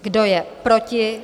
Kdo je proti?